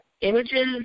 images